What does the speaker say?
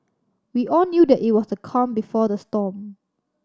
we all knew that it was the calm before the storm